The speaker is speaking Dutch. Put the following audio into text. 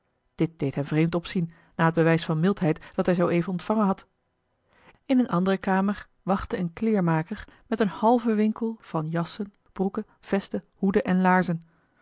dit deed hem vreemd opzien na het bewijs van mildheid dat hij zooeven ontvangen had in eene andere kamer wachtte een kleermaker met een halven winkel jassen broeken vesten hoeden en laarzen